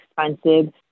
expensive